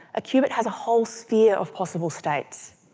a cubit has a whole sphere of possible states.